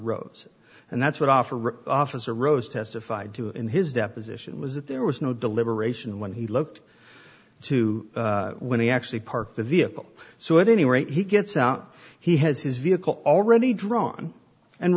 rose and that's what i offer officer rose testified to in his deposition was that there was no deliberation when he looked two when he actually parked the vehicle so at any rate he gets out he has his vehicle already drawn and